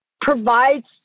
provides